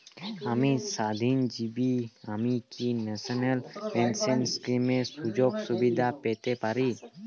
আমি স্বাধীনজীবী আমি কি ন্যাশনাল পেনশন স্কিমের সুযোগ সুবিধা পেতে পারি?